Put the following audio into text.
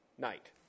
night